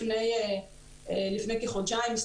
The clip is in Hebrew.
לפני כחודשיים,